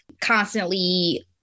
constantly